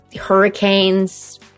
hurricanes